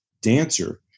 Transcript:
dancer